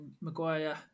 Maguire